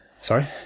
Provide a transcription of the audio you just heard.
sorry